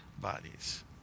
bodies